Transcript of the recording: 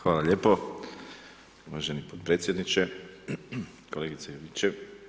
Hvala lijepo uvaženi podpredsjedniče, kolegice Juričev.